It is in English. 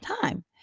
time